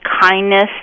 kindness